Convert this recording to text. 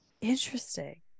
Interesting